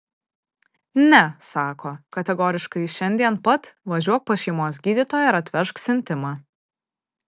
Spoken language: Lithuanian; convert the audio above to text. ne sako kategoriškai šiandien pat važiuok pas šeimos gydytoją ir atvežk siuntimą